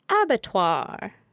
abattoir